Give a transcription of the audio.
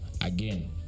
Again